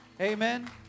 Amen